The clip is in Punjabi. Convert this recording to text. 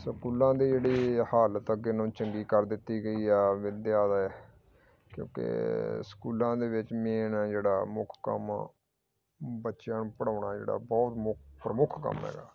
ਸਕੂਲਾਂ ਦੀ ਜਿਹੜੇ ਹਾਲਤ ਅੱਗੇ ਨਾਲੋਂ ਚੰਗੀ ਕਰ ਦਿੱਤੀ ਗਈ ਆ ਵਿੱਦਿਆ ਦਾ ਕਿਉਂਕਿ ਸਕੂਲਾਂ ਦੇ ਵਿੱਚ ਮੇਨ ਹੈ ਜਿਹੜਾ ਮੁੱਖ ਕੰਮ ਬੱਚਿਆਂ ਨੂੰ ਪੜ੍ਹਾਉਣਾ ਜਿਹੜਾ ਬਹੁਤ ਮੁੱਖ ਪ੍ਰਮੁੱਖ ਕੰਮ ਹੈਗਾ